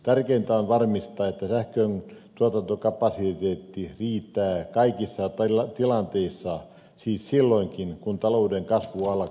tärkeintä on varmistaa että sähkön tuotantokapasiteetti riittää kaikissa tilanteissa siis silloinkin kun talouden kasvu alkaa